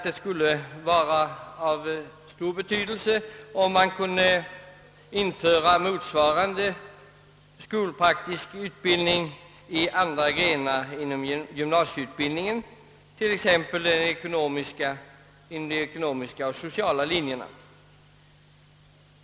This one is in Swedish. Det skulle vara av värde om man kunde införa motsvarande skolpraktiska utbildning inom andra grenar av gymnasieutbildningen, t.ex. inom de ekonomiska och sociala linjerna.